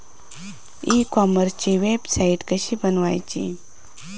E कॉमर्सची website कशी बनवची?